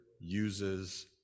uses